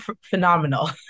phenomenal